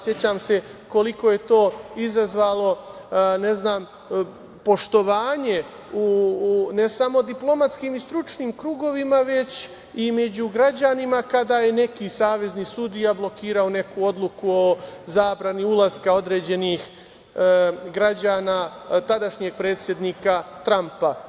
Sećam se koliko je to izazvalo poštovanje u ne samo diplomatskim i stručnim krugovima, već i među građanima kada je neki savezni sudija blokirao neku odluku o zabrani ulaska određenih građana tadašnjeg predsednika Trampa.